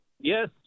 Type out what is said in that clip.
Yes